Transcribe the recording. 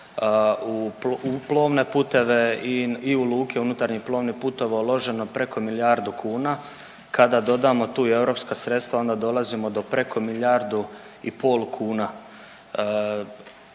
u plovne puteve i u luke unutarnjih plovnih putova uloženo preko milijardu kuna, kada dodamo tu i europska sredstva, onda dolazimo do preko milijardi i pol kuna.